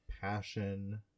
passion